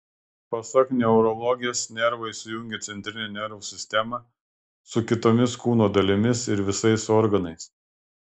pasak neurologės nervai sujungia centrinę nervų sistemą su kitomis kūno dalimis ir visais organais